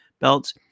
belts